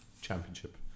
Championship